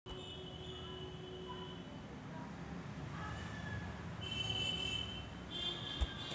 आमच्या वर्गात शिक्षकाने सांगितले की ब्राझील कोको उत्पादनात प्रथम स्थानावर आहे